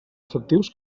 efectius